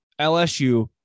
LSU